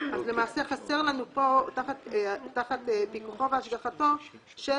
למעשה חסר לנו פה: "תחת פיקוחו והשגחתו של